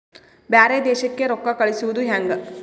ಬ್ಯಾರೆ ದೇಶಕ್ಕೆ ರೊಕ್ಕ ಕಳಿಸುವುದು ಹ್ಯಾಂಗ?